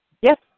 Yes